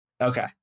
Okay